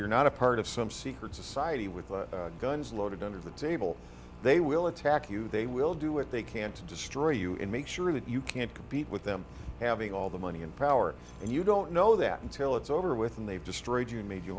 you're not a part of some secret society with guns loaded under the table they will attack you they will do what they can to destroy you and make sure that you can't compete with them having all the money and power and you don't know that until it's over with and they've destroyed you made you